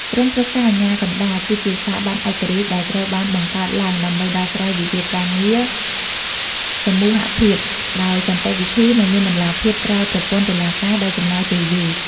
ក្រុមប្រឹក្សាអាជ្ញាកណ្តាល គឺជាស្ថាប័នឯករាជ្យដែលត្រូវបានបង្កើតឡើងដើម្បីដោះស្រាយវិវាទការងារសមូហភាពដោយសន្តិវិធី និងមានតម្លាភាពក្រៅប្រព័ន្ធតុលាការដែលចំណាយពេលយូរ។